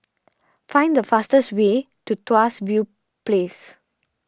find the fastest way to Tuas View Place